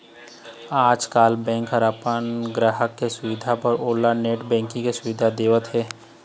आजकाल बेंक ह अपन गराहक के सुबिधा बर ओला नेट बैंकिंग के सुबिधा देवत हे